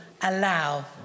allow